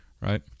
right